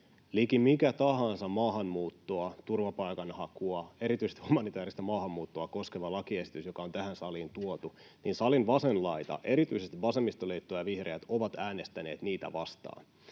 Liki mitä tahansa maahanmuuttoa, turvapaikanhakua, erityisesti humanitääristä maahanmuuttoa, koskevaa lakiesitystä, joka on tähän saliin tuotu, salin vasen laita, erityisesti vasemmistoliitto ja vihreät, on äänestänyt vastaan.